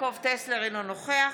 אינו נוכח